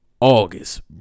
August